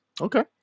Okay